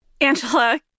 Angela